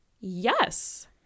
Yes